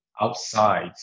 outside